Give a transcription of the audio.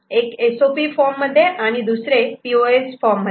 एक S O P form मध्ये आणि दुसरे पी ओ एस फॉर्म मध्ये